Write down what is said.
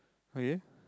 okay